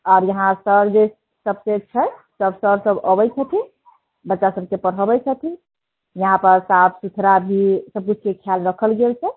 आओर इहाँ सर जे सब जे छै सर सब इहाँ अबैत छथिन बच्चा सबके पढ़बैत छथिन यहाँ पर साफ सुथरा भी सब चीजके ख्याल राखल गेल छै